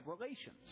relations